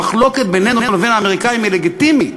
המחלוקת בינינו לבין האמריקנים היא לגיטימית,